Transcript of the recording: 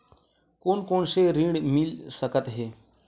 कोन कोन से ऋण मिल सकत हे?